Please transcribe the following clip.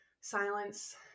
silence